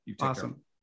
Awesome